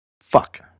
Fuck